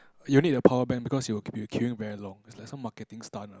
you'll need a power bank because you're you're queuing very long it's like some marketing stunt lah